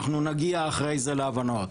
אנחנו נגיע אחרי זה להבנות.